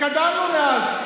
התקדמנו מאז.